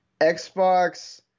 Xbox